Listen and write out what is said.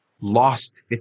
lost